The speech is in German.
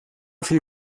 viel